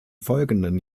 folgenden